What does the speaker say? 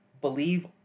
believe